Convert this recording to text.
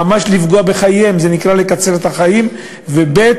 ממש לפגוע בחייהם, זה נקרא לקצר את החיים, ב.